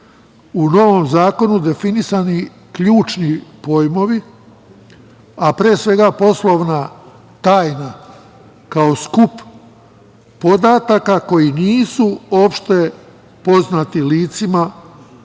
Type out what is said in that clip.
u novom zakonu definisani ključni pojmovi, a pre svega poslovna tajna, kao skup podataka koji nisu opštepoznati licima